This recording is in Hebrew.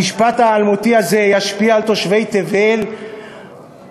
המשפט האלמותי הזה ישפיע על תושבי תבל אפילו